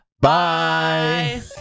Bye